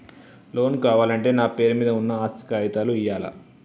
Loan కావాలంటే నా పేరు మీద ఉన్న ఆస్తి కాగితాలు ఇయ్యాలా?